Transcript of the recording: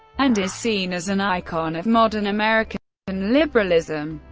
and is seen as an icon of modern american and liberalism.